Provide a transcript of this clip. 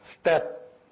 step